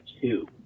two